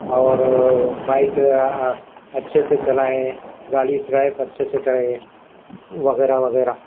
اور بائئک اچھے سے چلائیں گاڑی ڈرائیو اچھے سے کریں وغیرہ وغیرہ